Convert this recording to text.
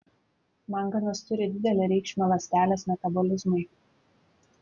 manganas turi didelę reikšmę ląstelės metabolizmui